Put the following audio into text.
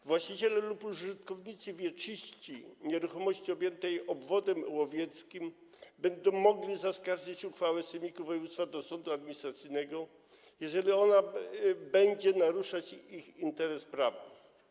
Właściciele lub użytkownicy wieczyści nieruchomości objętej obwodem łowieckim będą mogli zaskarżyć uchwałę sejmiku województwa do sądu administracyjnego, jeżeli będzie ona naruszać ich interes prawny.